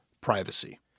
privacy